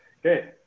Okay